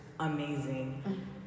amazing